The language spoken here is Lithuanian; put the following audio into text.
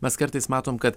mes kartais matom kad